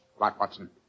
Watson